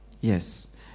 Yes